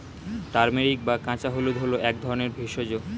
turmeric বা কাঁচা হলুদ হল এক ধরনের ভেষজ